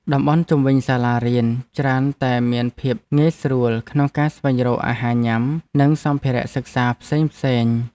តំបន់ជុំវិញសាលារៀនច្រើនតែមានភាពងាយស្រួលក្នុងការស្វែងរកអាហារញ៉ាំ និងសម្ភារៈសិក្សាផ្សេងៗ។